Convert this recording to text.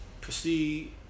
proceed